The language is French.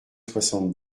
soixante